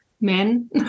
men